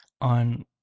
on